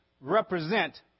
represent